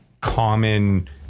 common